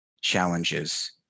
challenges